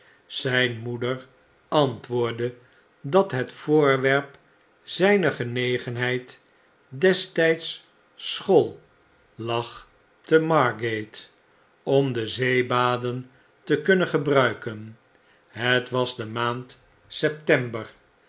ztfn moeder antwoordde dat het voorwerp zijner genegenheid destftds school lag te margate om de zeebaden te kunnen gebruiken het was de maand september